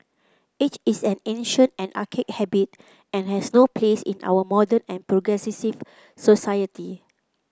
it is an ancient and archaic habit and has no place in our modern and progressive society